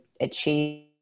achieve